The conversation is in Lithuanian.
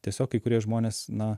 tiesiog kai kurie žmonės na